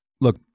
look